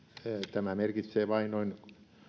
tämä merkitsee vain noin